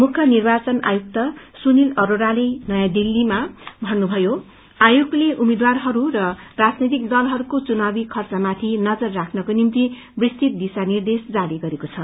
मुख निर्वाचन आयुक्त सुनील अरोड़ाले नयाँ दिल्लीमा भन्नुभयो आयोगले उम्मीद्वारहरू र राजनैतिक दलहरूको चुनावी खर्चमाथि नजर राख्नको निम्ति विस्तृत दिशा निर्देश जारी गरेको छ